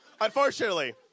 Unfortunately